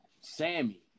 Sammy